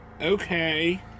Okay